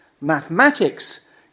Mathematics